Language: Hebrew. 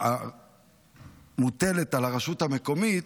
מוטלת על הרשות המקומית,